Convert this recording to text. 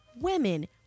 women